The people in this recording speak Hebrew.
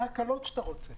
מה ההקלות שאתה רוצה?